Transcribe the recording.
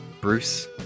Bruce